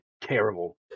terrible